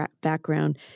background